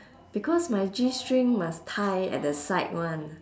because my g-string must tie at the side [one]